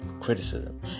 criticism